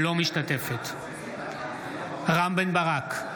אינה משתתפת בהצבעה רם בן ברק,